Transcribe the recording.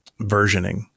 versioning